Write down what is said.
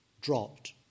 dropped